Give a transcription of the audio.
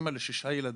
אימא לשישה ילדים,